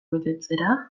betetzera